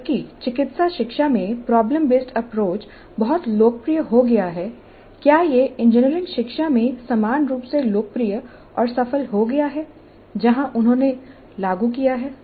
जबकि चिकित्सा शिक्षा में प्रॉब्लम बेसड अप्रोच बहुत लोकप्रिय हो गया है क्या यह इंजीनियरिंग शिक्षा में समान रूप से लोकप्रिय और सफल हो गया है जहाँ उन्होंने लागू किया है